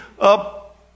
up